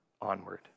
onward